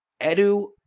Edu